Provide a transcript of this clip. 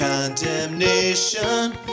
Condemnation